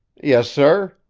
yes, sir.